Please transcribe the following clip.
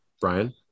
Brian